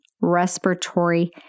respiratory